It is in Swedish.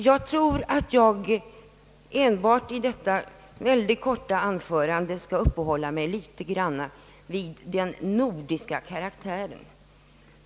Jag tror att jag i detta mycket korta anförande endast skall uppehålla mig en smula vid den nordiska karaktären när det gäller denna fråga.